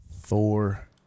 four